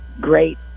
great